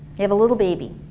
you have a little baby,